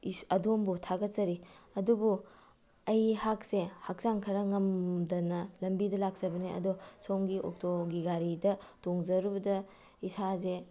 ꯑꯗꯣꯝꯕꯨ ꯊꯥꯒꯠꯆꯔꯤ ꯑꯗꯨꯕꯨ ꯑꯩꯍꯥꯛꯁꯦ ꯍꯛꯆꯥꯡ ꯈꯔ ꯉꯝꯗꯅ ꯂꯝꯕꯤꯗ ꯂꯥꯀꯆꯕꯅꯦ ꯑꯗꯣ ꯁꯣꯝꯒꯤ ꯑꯣꯇꯣꯒꯤ ꯒꯥꯔꯤꯗ ꯇꯣꯡꯖꯔꯨꯕꯗ ꯏꯁꯥꯁꯦ